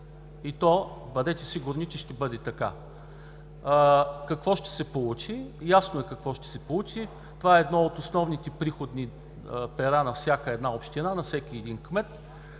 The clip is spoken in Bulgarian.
и то бъдете сигурни, че ще бъде така. Какво ще се получи? Ясно е какво ще се получи. Това е едно от основните приходни пера на всяка една община, на всеки един кмет.